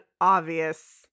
obvious